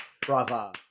Bravo